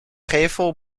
gevel